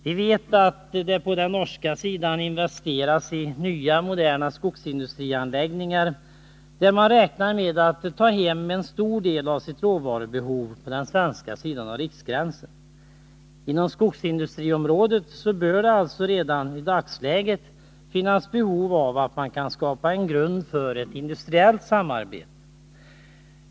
Vi vet att det på den norska sidan investeras i nya moderna skogsindustrianläggningar, där man räknar med att ta hem en stor del av sitt råvarubehov från den svenska sidan av riksgränsen. Inom skogsindustriområdet bör det alltså redan i dagsläget finnas behov av att skapa en grund för industriellt samarbete.